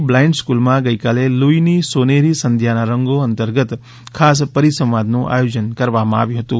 blind સ્કુલમાં ગઇકાલે લુઈની સોનેરી સંધ્યાના રંગો અંતર્ગત ખાસ પરિસંવાદનું આયોજન કરવામાં આવ્યું હતું